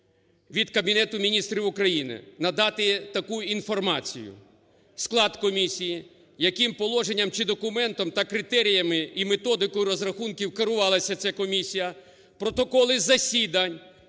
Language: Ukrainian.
від Кабінету Міністрів України надати таку інформацію. Склад комісії, яким положенням чи документом та критеріями, і методикою розрахунків керувалася ця комісія. Протоколи засідань